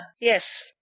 Yes